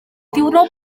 diwrnod